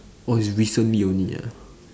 orh it's recently only ah